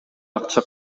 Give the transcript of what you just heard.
акча